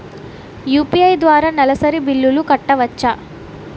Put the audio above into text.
UPI ద్వారా నెలసరి బిల్లులు కట్టవచ్చా?